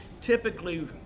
typically